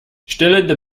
stillende